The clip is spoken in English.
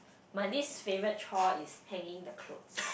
my least favourite chore is hanging the clothes